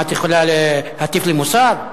מה, את יכולה להטיף לי מוסר?